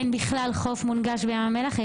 אין בכלל לחוף מונגש בים המלח?